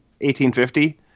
1850